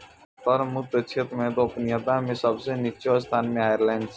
कर मुक्त क्षेत्र मे गोपनीयता मे सब सं निच्चो स्थान मे आयरलैंड छै